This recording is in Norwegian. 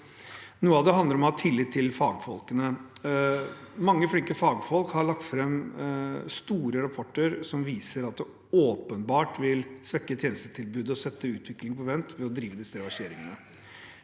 Noe av det handler om å ha tillit til fagfolkene. Mange flinke fagfolk har lagt fram store rapporter som viser at en åpenbart vil svekke tjenestetilbudet og sette utviklingen på vent ved å drive disse reverseringene.